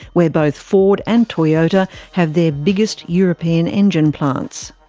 where both ford and toyota have their biggest european engine plants.